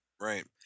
Right